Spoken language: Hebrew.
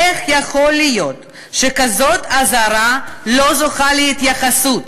איך יכול להיות שכזאת אזהרה לא זוכה להתייחסות?